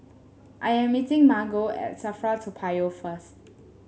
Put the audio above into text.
I am meeting Margo at Safra Toa Payoh first